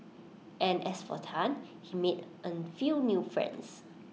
and as for Tan he made A few new friends